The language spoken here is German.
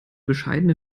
bescheidene